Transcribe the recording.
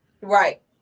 Right